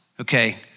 Okay